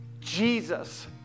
Jesus